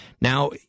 Now